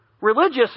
Religious